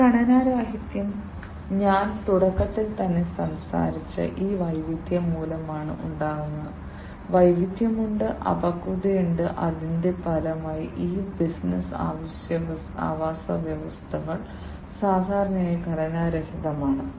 ഈ ഘടനാരാഹിത്യം ഞാൻ തുടക്കത്തിൽ തന്നെ സംസാരിച്ച ഈ വൈവിധ്യം മൂലമാണ് ഉണ്ടാകുന്നത് വൈവിധ്യമുണ്ട് അപക്വതയുണ്ട് അതിന്റെ ഫലമായി ഈ ബിസിനസ്സ് ആവാസവ്യവസ്ഥകൾ സാധാരണയായി ഘടനാരഹിതമാണ്